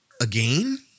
Again